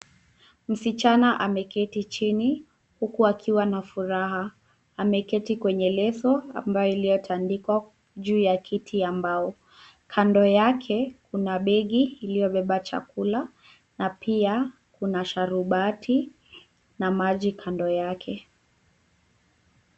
Msichana ameketi chini, huku akiwa na furaha. Ameketi kwenye leso ambayo iliyatandikwa juu ya kiti ya mbao. Kando yake, kuna begi iliyobeba chakula na pia kuna sharubati na maji kando yake.